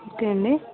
okay అండి